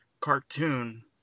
cartoon